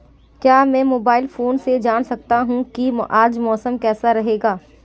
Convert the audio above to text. क्या मैं mobile phone से जान सकता हूँ कि आज मौसम कैसा रहेगा?